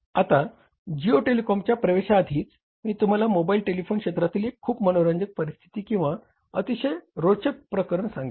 आता जिओ टेलिकॉमच्या प्रवेशाआधीची मी तुम्हाला मोबाइल टेलिफोन क्षेत्रातील एक खूप मनोरंजक परिस्थिती किंवा अतिशय रोचक प्रकरण सांगेन